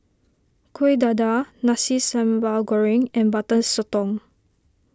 Kueh Dadar Nasi Sambal Goreng and Butter Sotong